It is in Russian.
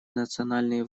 национальные